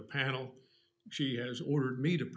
the panel she has ordered me to